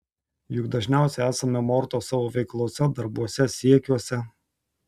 juk dažniausiai esame mortos savo veiklose darbuose siekiuose